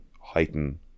heighten